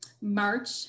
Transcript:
March